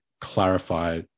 clarify